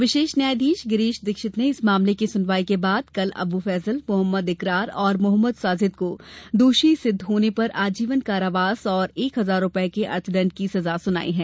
विशेष न्यायाधीश गिरीश दीक्षित ने मामले की सुनवाई के बाद कल अब् फैजल मोहम्मद इकरार और मोहम्मद साजिद को दोषी सिद्ध होने पर आजीवन कारावास और एक हजार रुपये के अर्थदंड की सजा सुनाई है